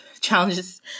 challenges